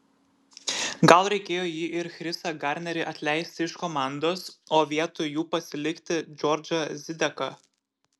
gal reikėjo jį ir chrisą garnerį atleisti iš komandos o vietoj jų pasilikti džordžą zideką